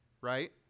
right